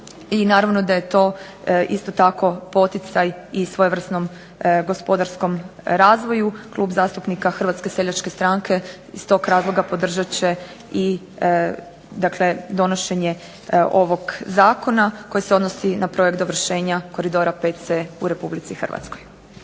naravno da je to tako isto tako poticaj i svojevrsnom gospodarskom razvoju. Klub zastupnika Hrvatske seljačke stranke iz tog razloga podržat će i donošenje ovog zakona koji se odnosi na projekt dovršenja koridora 5C u Republici Hrvatskoj.